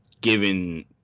given